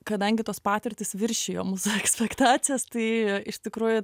kadangi tos patirtys viršijo mūsų ekspektacijas tai iš tikrųjų